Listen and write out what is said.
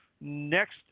next